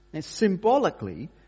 symbolically